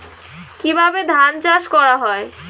কিভাবে ধান চাষ করা হয়?